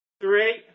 Three